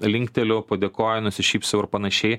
linkteliu padėkoju nusišypsau ir panašiai